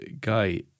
guy